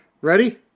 Ready